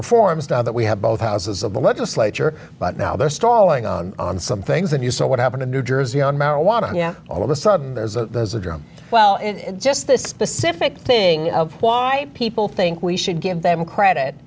reforms now that we have both houses of the legislature but now they're stalling on on some things and you saw what happened in new jersey on marijuana yeah all of a sudden there's a drum well and just the specific thing of why people think we should give them credit